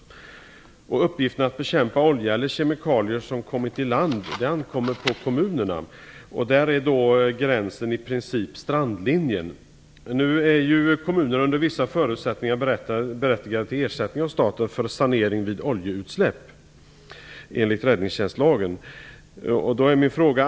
Det ankommer på kommunerna att bekämpa olja eller kemikalier som har flutit i land. Gränsen går i princip vid strandlinjen. Enligt räddningstjänstlagen är kommunerna under vissa förutsättningar berättigade till ersättning från staten för sanering vid oljeutsläpp.